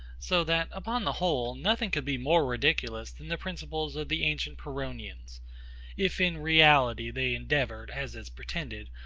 so that, upon the whole, nothing could be more ridiculous than the principles of the ancient pyrrhonians if in reality they endeavoured, as is pretended,